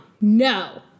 no